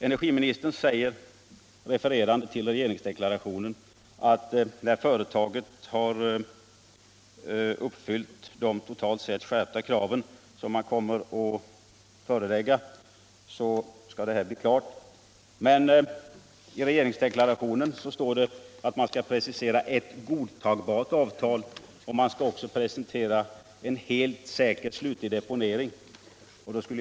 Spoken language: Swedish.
Energiministern refererar till regeringsdeklarationen och framhåller att saken är klar, när företaget har uppfyllt de totalt sett skärpta krav som man kommer att förelägga företaget. I regeringsdeklarationen står att man skall presentera ett godtagbart avtal och en helt säker slutlig deponering av det högaktiva avfallet.